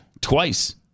Twice